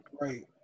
Right